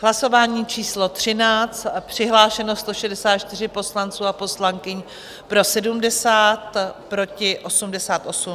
Hlasování číslo 13, přihlášeno 164 poslanců a poslankyň, pro 70, proti 88.